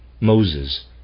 Moses